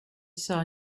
saw